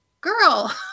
Girl